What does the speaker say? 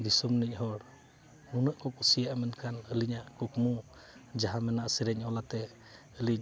ᱫᱤᱥᱚᱢ ᱨᱮᱱ ᱦᱚᱲ ᱩᱱᱟᱹᱜ ᱠᱚ ᱠᱩᱥᱤᱭᱟᱜᱼᱟ ᱢᱮᱱᱠᱷᱟᱱ ᱟᱹᱞᱤᱧᱟᱜ ᱠᱩᱠᱢᱩ ᱡᱟᱦᱟᱸ ᱢᱮᱱᱟᱜᱼᱟ ᱥᱮᱨᱮᱧ ᱚᱞ ᱠᱟᱛᱮᱫ ᱟᱹᱞᱤᱧ